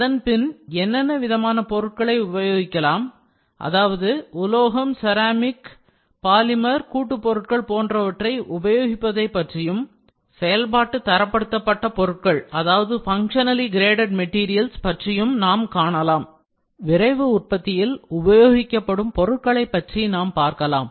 அதன்பின் என்னென்ன விதமான பொருட்களை உபயோகிக்கலாம் அதாவது உலோகம் செராமிக் பாலிமர் கூட்டுப் பொருட்கள் போன்றவற்றை உபயோகிப்பதை பற்றியும் செயல்பாட்டு தரப்படுத்தப்பட்ட பொருட்கள் பற்றியும் நாம் காணலாம் விரைவு உற்பத்தியில் உபயோகிக்கப்படும் பொருட்களை பற்றி நாம் பார்க்கலாம்